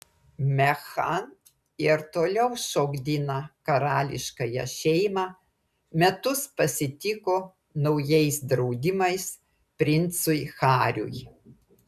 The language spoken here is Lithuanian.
meghan ir toliau šokdina karališkąją šeimą metus pasitiko naujais draudimais princui hariui